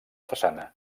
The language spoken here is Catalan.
façana